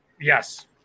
Yes